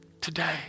Today